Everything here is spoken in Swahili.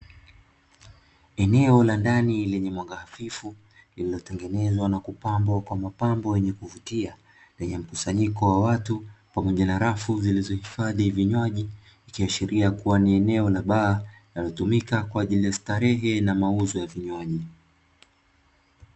Eneo la ndani lenye mwanga hafifu, lililotengenezwa na kupambwa kwa mapambo ya kuvutia lenye mkusanyiko wa watu pamoja na rafu zilizohifadhi vinywaji ikiashiria kuwa ni eneo la baa linalotumika kwa ajili ya starehe na mauzo ya vinywaji.